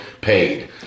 paid